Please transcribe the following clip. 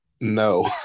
no